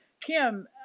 Kim